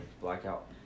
Blackout